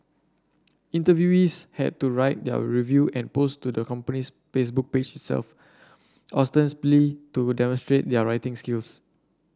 interviewees had to write their review and post to the company's Facebook page itself ostensibly to demonstrate their writing skills